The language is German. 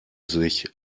sich